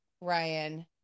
Ryan